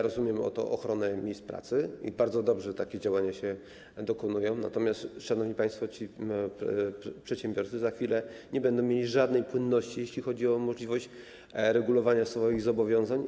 Rozumiem ochronę miejsc pracy i bardzo dobrze, że takie działania się dokonują, natomiast, szanowni państwo, ci przedsiębiorcy za chwilę nie będą mieli żadnej płynności, jeżeli chodzi o możliwość regulowania swoich zobowiązań.